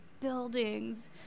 buildings